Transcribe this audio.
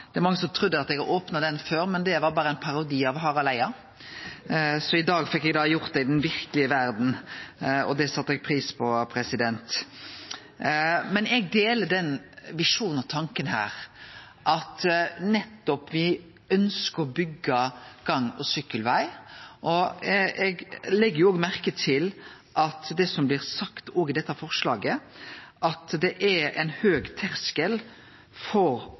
Det er mange som trudde at eg hadde opna den før, men det var berre ein parodi av Harald Eia. Så i dag fekk eg gjort det i den verkelege verda, og det sette eg pris på. Men eg deler det som er visjonen og tanken her, at me ønskjer å byggje gang- og sykkelveg, og eg legg òg merke til at det som blir sagt, òg i dette forslaget, er at terskelen for fråvik er høg.